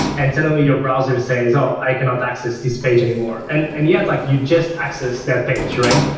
and suddenly your browser says, oh, i cannot access this page anymore. and and yet, like you just accessed that page, right?